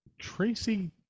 Tracy